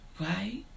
right